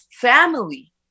family